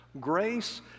Grace